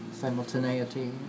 Simultaneity